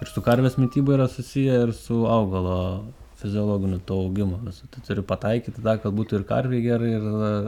ir su karvės mityba yra susiję ir su augalo fiziologiniu tu augimu visu tu turi pataikyt į tą kad būtų ir karvei gerai ir tada